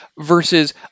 versus